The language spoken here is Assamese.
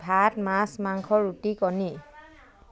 ভাত মাছ মাংস ৰুটি কণী